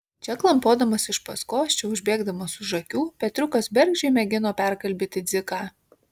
čia klampodamas iš paskos čia užbėgdamas už akių petriukas bergždžiai mėgino perkalbėti dziką